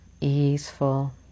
easeful